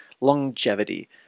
longevity